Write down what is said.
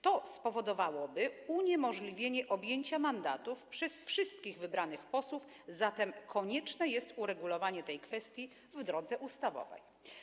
To spowodowałoby uniemożliwienie objęcia mandatów przez wszystkich wybranych posłów, zatem konieczne jest uregulowanie tej kwestii w drodze ustawowej.